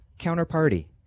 counterparty